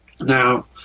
Now